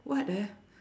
what ah